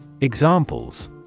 Examples